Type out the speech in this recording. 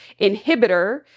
inhibitor